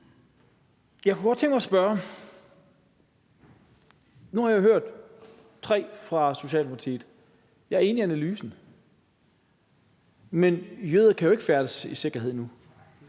Jeg kunne godt tænke mig at spørge om noget. Nu har jeg hørt tre fra Socialdemokratiet. Jeg er enig i analysen. Men jøder kan jo ikke færdes i sikkerhed nu,